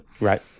right